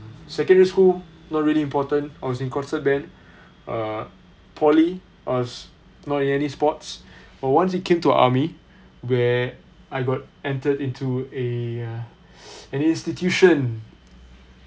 secondary school not really important I was in concert band err poly I was not in any sports but once it came to army where I got entered into a err an institution